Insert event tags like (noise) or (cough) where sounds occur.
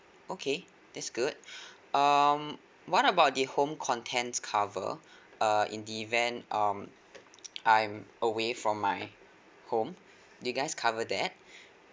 okay that's good (breath) um what about the home contents cover err in the event um (noise) I'm away from my home you guys cover that